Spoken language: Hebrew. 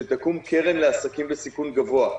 שתקום קרן לעסקים בסיכון גבוה.